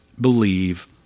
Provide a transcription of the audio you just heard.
believe